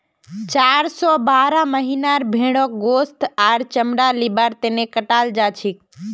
चार स बारह महीनार भेंड़क गोस्त आर चमड़ा लिबार तने कटाल जाछेक